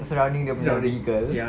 surrounding dia punya vehicle